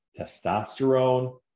testosterone